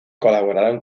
colaboraron